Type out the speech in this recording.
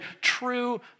true